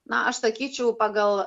na aš sakyčiau pagal